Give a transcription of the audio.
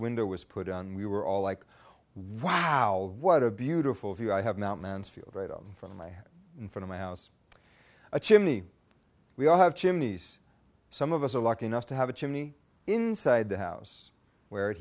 window was put on we were all like wow what a beautiful view i have mount mansfield right on from my head in front of my house a chimney we all have chimneys some of us are lucky enough to have a chimney inside the house where it